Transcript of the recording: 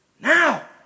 Now